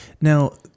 now